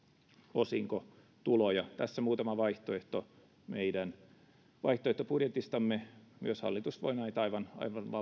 osinkotuloja tässä muutama vaihtoehto meidän vaihtoehtobudjetistamme myös hallitus voi näitä aivan